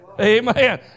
Amen